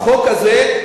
החוק הזה,